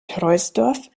troisdorf